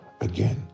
again